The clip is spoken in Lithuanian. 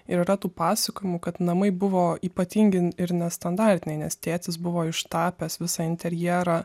yra tų pasakojimų kad namai buvo ypatingi ir nestandartiniai nes tėtis buvo ištapęs visą interjerą